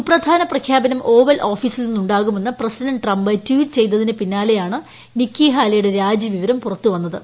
സുപ്രധാന പ്രഖ്യാപനം ഓവൽ ഓഫീസിൽ നിന്നുണ്ടാകുമെന്ന് പ്രസിഡന്റ് ട്രംപ് ട്വീറ്റ് ചെയ്തതിന് പിന്നാലെയാണ് നിക്കി ഹാലെ യുടെ രാജിവിവരം പുറത്തുവന്നത്